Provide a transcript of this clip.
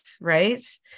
right